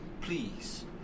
please